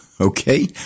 okay